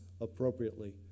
appropriately